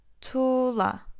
tula